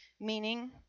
Meaning